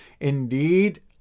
indeed